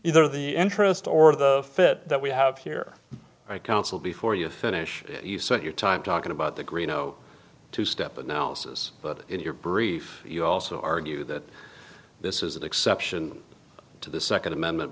either the interest or the fit that we have here i counsel before you finish you set your time talking about the green no two step analysis but in your brief you also argue that this is an exception to the second amendment